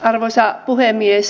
arvoisa puhemies